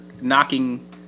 knocking